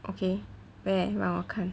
okay where 让我看